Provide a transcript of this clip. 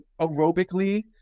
aerobically